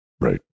Right